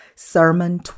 Sermon